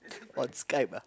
on Skype ah